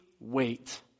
wait